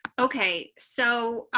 okay, so,